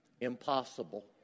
impossible